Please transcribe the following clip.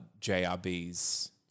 JRB's